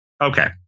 Okay